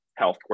healthcare